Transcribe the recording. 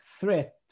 threat